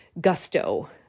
gusto